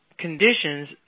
Conditions